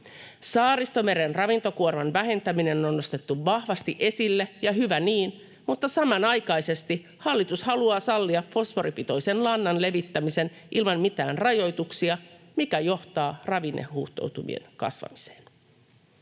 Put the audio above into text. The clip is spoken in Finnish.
Saaristomeren ravintokuorman vähentäminen on nostettu vahvasti esille, ja hyvä niin, mutta samanaikaisesti hallitus haluaa sallia fosforipitoisen lannan levittämisen ilman mitään rajoituksia, mikä johtaa ravinnehuuhtoutumien kasvamiseen.